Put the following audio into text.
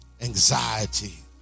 anxiety